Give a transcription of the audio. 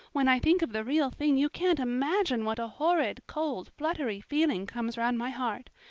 when i think of the real thing you can't imagine what a horrid cold fluttery feeling comes round my heart.